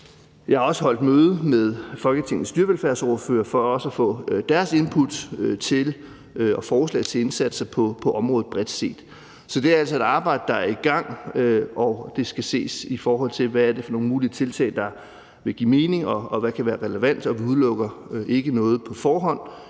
Jeg har også holdt møde med Folketingets dyrevelfærdsordførere for også at få deres input og forslag til indsatser på området bredt set. Det er altså et arbejde, der er i gang, og det skal ses i forhold til, hvad det er for nogle mulige tiltag, der vil give mening, og hvad der kan være relevant, og vi udelukker ikke noget på forhånd,